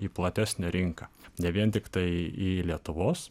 į platesnę rinką ne vien tiktai į lietuvos